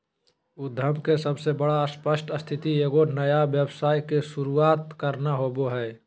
उद्यम के सबसे बड़ा स्पष्ट स्थिति एगो नया व्यवसाय के शुरूआत करना होबो हइ